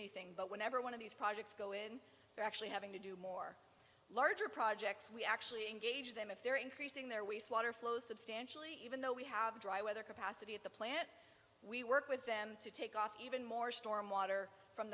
anything but whenever one of these projects go in they're actually having to do more larger projects we actually engage them if they're increasing their wastewater flow substantially even though we have dry weather capacity at the plant we work with them to take off even more storm water from